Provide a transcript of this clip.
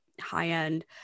high-end